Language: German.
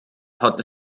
hat